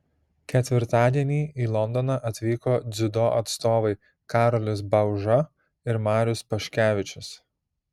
ketvirtadienį į londoną atvyko dziudo atstovai karolis bauža ir marius paškevičius